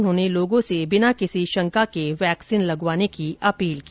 उन्होंने लोगों से बिना किसी शंका के वैक्सीन लगावाने की अपील की